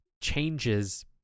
changes